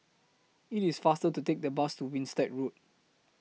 IT IS faster to Take The Bus to Winstedt Road